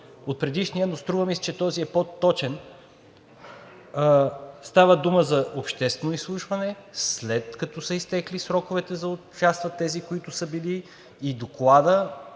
правилник, но струва ми се, че този е по-точен. Става дума за обществено изслушване, след като са изтекли сроковете да участват тези, които са били, и докладът